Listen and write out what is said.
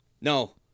No